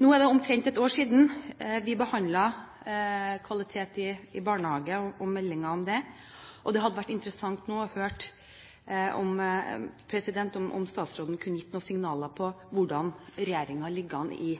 Nå er det omtrent et år siden vi behandlet meldingen om kvalitet i barnehagen, og det hadde vært interessant å høre om statsråden kan gi noen signaler om hvordan regjeringen ligger an i